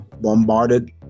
bombarded